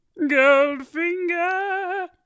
Goldfinger